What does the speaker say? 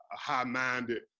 high-minded